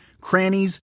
crannies